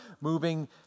moving